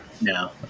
no